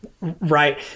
Right